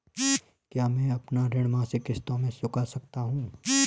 क्या मैं अपना ऋण मासिक किश्तों में चुका सकता हूँ?